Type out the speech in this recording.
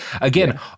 Again